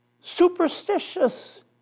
superstitious